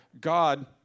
God